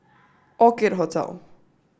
orchid Hotel